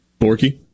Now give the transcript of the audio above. Borky